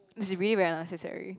he's really very unnecessarily